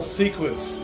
sequence